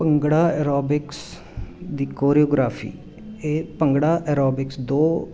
bhangra aerobics ਦੀ choreography ਇਹ bhangra aerobics ਦੋ